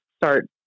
start